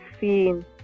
seen